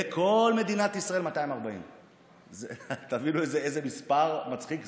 בכל מדינת ישראל 240. תבינו איזה מספר מצחיק זה.